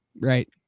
Right